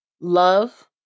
love